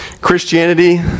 Christianity